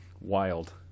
wild